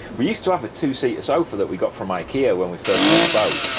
we used to have a two seater sofa that we got from ikea when we first got the boat.